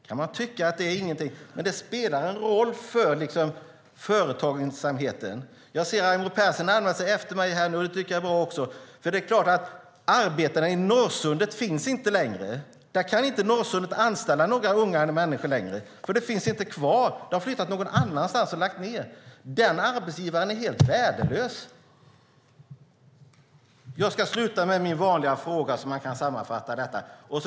Man kan tycka att det är ingenting, men det spelar roll för företagsamheten. Jag ser att Raimo Pärssinen har anmält sig efter mig, och det är bra. Arbetarna i Norrsundet finns nämligen inte längre. I Norrsundet kan några unga människor inte anställas längre eftersom industrierna inte finns kvar. De har flyttat någon annanstans eller har lagts ned. Den arbetsgivaren är helt värdelös. Jag ska avsluta med min vanliga fråga för att sammanfatta detta.